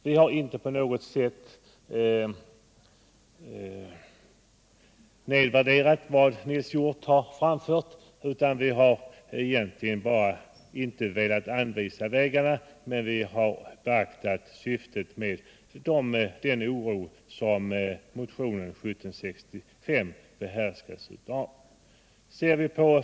Vi har inte på något sätt förringat värdet av vad Nils Hjorth har framfört i sin motion. Utskottet har inte accepterat de vägar som föreslås men väl beaktat syftet med vad som framförs i motionen 1765.